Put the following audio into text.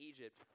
Egypt